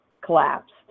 collapsed